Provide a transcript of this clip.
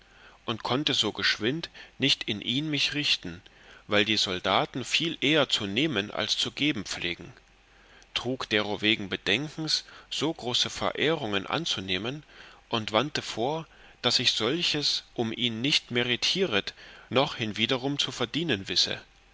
und konnte so geschwind nicht in ihn mich richten weil die soldaten viel eher zu nehmen als zu geben pflegen trug derowegen bedenkens so große verehrungen anzunehmen und wandte vor daß ich solches um ihn nicht meritieret noch hinwiederum zu verdienen wisse